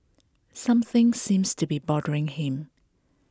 something seems to be bothering him